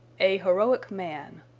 a heroic man.